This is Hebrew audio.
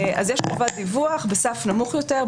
אז יש חובת דיווח בסף נמוך יותר,